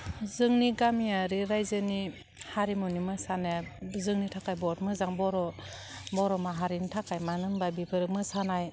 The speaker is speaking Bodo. जोंनि गामियारि रायजोनि हारिमुनि मोसानाया जोंनि थाखाय बहत मोजां बर' बर' माहारिनि थाखाय मानो होनबा बिफोरो मोसानाय